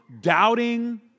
doubting